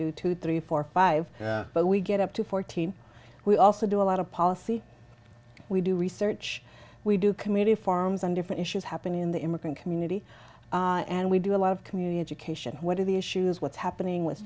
do two three four five but we get up to fourteen we also do a lot of policy we do research we do community farms on different issues happening in the immigrant community and we do a lot of community education what are the issues what's happening with